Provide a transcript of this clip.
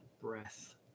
breath